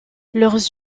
leurs